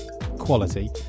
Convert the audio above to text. quality